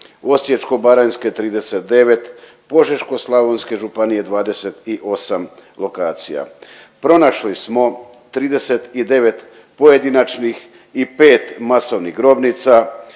Osječko-baranjske 39, Požeško-slavonske županije 28 lokacija. Pronašli smo 39 pojedinačnih i 5 masovnih grobnica